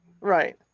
Right